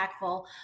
impactful